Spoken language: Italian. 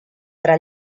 tra